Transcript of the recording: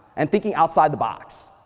and thinking outside the box.